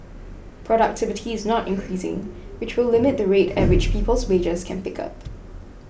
productivity is not increasing which will limit the rate at which people's wages can pick up